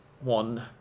one